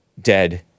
dead